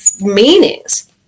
meanings